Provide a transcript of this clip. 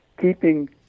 keeping